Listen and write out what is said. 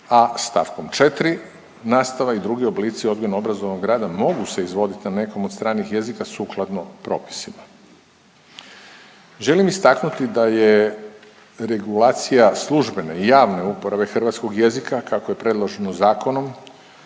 a st. 4. nastava i drugi oblici odgojno obrazovnog rada mogu se izvodit na nekom od stranih jezika sukladno propisima. Želim istaknuti da je regulacija službene i javne uporabe hrvatskog jezika kako je predloženom zakonom